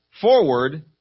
forward